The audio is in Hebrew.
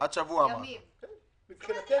מבחינתנו.